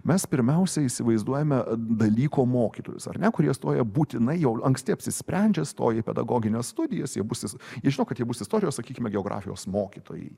mes pirmiausia įsivaizduojame dalyko mokytojus ar ne kurie stoja būtinai jau anksti apsisprendžia stoja į pedagogines studijas jie bus is jie žino kad jie bus istorijos sakykime geografijos mokytojai